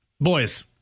boys